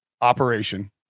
operation